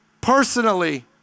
personally